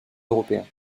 européen